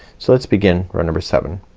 so let's begin row number seven.